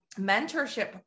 mentorship